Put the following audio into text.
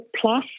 plus